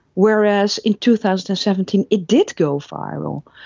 whereas in two thousand and seventeen it did go viral.